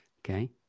Okay